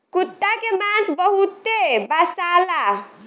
कुता के मांस बहुते बासाला